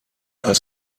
als